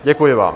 Děkuji vám.